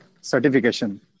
certification